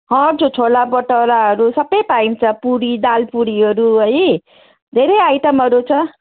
हजुर छोलाभटौराहरू सबै पाइन्छ पुरी दालपुरीहरू है धेरै आइटमहरू छ